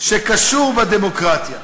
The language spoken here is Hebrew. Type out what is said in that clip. שקשור בדמוקרטיה,